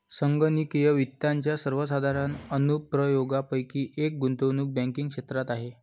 संगणकीय वित्ताच्या सर्वसाधारण अनुप्रयोगांपैकी एक गुंतवणूक बँकिंग क्षेत्रात आहे